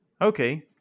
okay